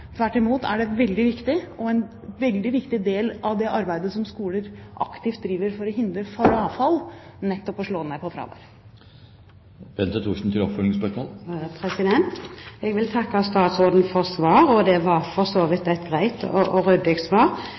Tvert imot er nettopp det å slå ned på fravær veldig viktig og en veldig viktig del av det arbeidet som skoler aktivt driver for å hindre frafall. Jeg vil takke statsråden for svaret. Det var for så vidt et greit og ryddig svar.